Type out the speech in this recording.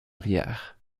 arrière